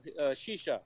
Shisha